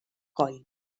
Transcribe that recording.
coll